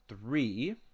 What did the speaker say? three